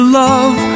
love